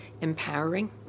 empowering